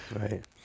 Right